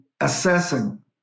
assessing